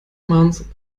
months